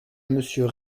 monsieur